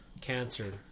cancer